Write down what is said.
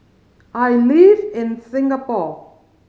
I live in Singapore